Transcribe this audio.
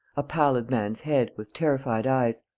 a pallid man's head, with terrified eyes.